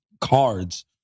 cards